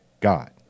God